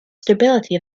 stability